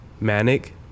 manic